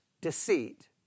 deceit